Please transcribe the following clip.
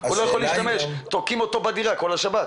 הוא לא יכול להשתמש ותוקעים אותו בדירה כל השבת.